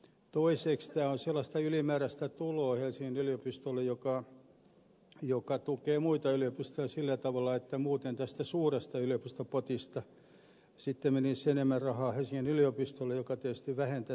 toiseksi tämä on helsingin yliopistolle sellaista ylimääräistä tuloa joka tukee muita yliopistoja sillä tavalla että muuten tästä suuresta yliopistopotista sitten menisi enemmän rahaa helsingin yliopistolle mikä tietysti vähentäisi muiden mahdollisuuksia